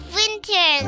winter